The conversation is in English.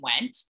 went